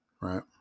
right